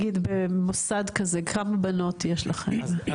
במוסד כזה כמה בנות יש לכם?